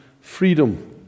freedom